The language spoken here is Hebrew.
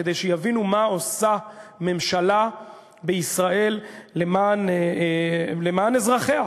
כדי שיבינו מה עושה ממשלה בישראל למען אזרחיה,